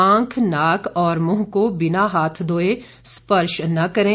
आंख नाक और मुंह को बिना हाथ धोये स्पर्श न करें